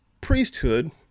priesthood